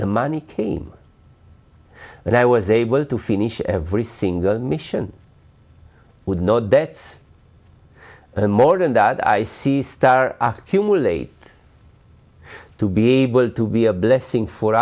the money came and i was able to finish every single mission with no debts and more than that i see star cumulate to be able to be a blessing for